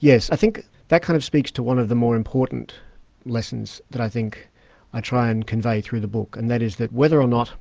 yes, i think that kind of speaks to one of the more important lessons that i think i try and convey through the book, and that is, that whether or not